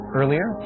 earlier